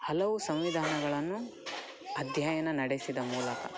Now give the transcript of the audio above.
ಹಲವು ಸಂವಿಧಾನಗಳನ್ನು ಅಧ್ಯಯನ ನಡೆಸಿದ ಮೂಲಕ